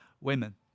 women